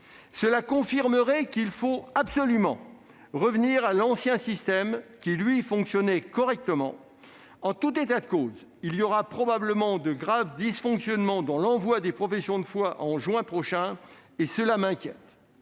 Cela confirmerait qu'il faut absolument revenir à l'ancien système, qui fonctionnait correctement. En tout état de cause, il y aura probablement de graves dysfonctionnements dans l'envoi des professions de foi en juin prochain et cela m'inquiète.